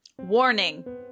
WARNING